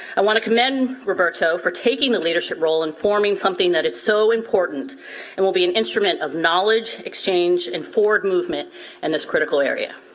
i wanna commend roberto for taking the leadership role and forming something that is so important and will be an instrument of knowledge, exchange and forward movement in and this critical area.